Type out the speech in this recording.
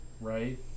right